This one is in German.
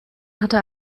hatte